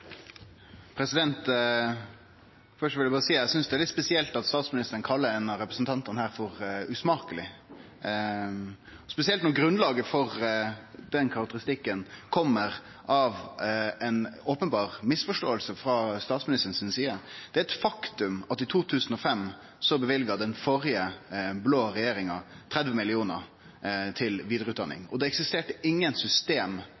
Først vil eg berre seie at eg synest det er litt spesielt at statsministeren kallar ein av representantane her for «usmakelig» – spesielt når grunnlaget for den karakteristikken kjem av ei openberr misforståing frå statsministeren si side. Det er eit faktum at i